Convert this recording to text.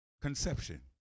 conception